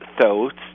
thoughts